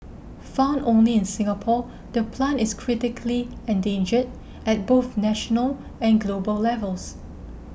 found only in Singapore the plant is critically endangered at both national and global levels